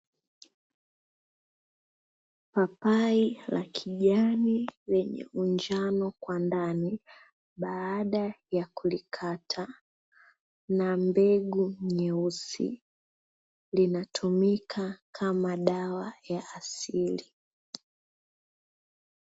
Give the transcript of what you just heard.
Papai la kijani lenye unjano kwa ndani baada ya kulikata na mbegu nyeusi, linatumika kama dawa ya asili.